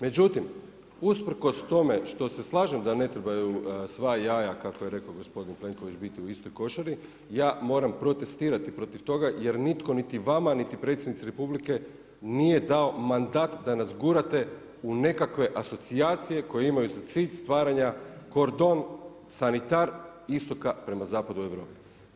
Međutim, usprkos tome što se slažem da ne trebaju sva jaja kako je rekao gospodin Plenković biti u istoj košari, ja moram protestirati protiv toga je nitko niti vama niti predsjednici Republike nije dao mandat da nas gurate u nekakve asocijacije koje imaju za cilj stvaranja kordon, sanitar istoka prema zapadu Europe.